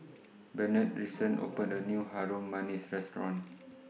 Benard recent opened A New Harum Manis Restaurant